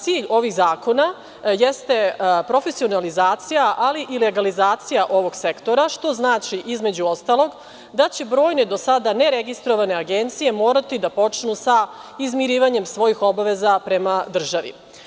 Cilj ovih zakona jeste profesionalizacija, ali i legalicazija ovog sektora što znači izmeću ostalog da će broje do sada ne registrovane agencije morati da počnu sa izmirivanjem svojih obaveza prema državi.